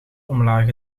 omlaag